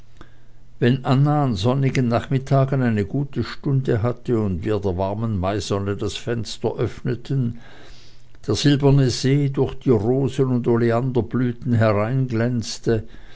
wenn anna an sonnigen nachmittagen eine gute stunde hatte und wir der warmen maisonne das fenster öffneten der silberne see durch die rosen und oleanderblüten